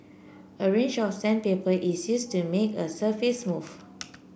a range of sandpaper is used to make a surface smooth